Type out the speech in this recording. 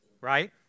right